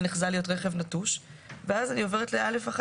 "נחזה להיות רכב נטוש" ואז אני עוברת לסעיף קטן (א1),